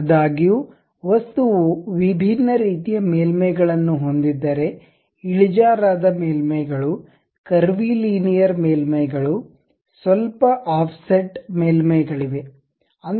ಆದಾಗ್ಯೂ ವಸ್ತುವು ವಿಭಿನ್ನ ರೀತಿಯ ಮೇಲ್ಮೈಗಳನ್ನು ಹೊಂದಿದ್ದರೆ ಇಳಿಜಾರಾದ ಮೇಲ್ಮೈಗಳು ಕರ್ವಿ ಲೀನಿಯರ್ ಮೇಲ್ಮೈಗಳು ಸ್ವಲ್ಪ ಆಫ್ಸೆಟ್ ಮೇಲ್ಮೈಗಳಿವೆ